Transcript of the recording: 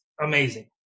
amazing